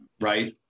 right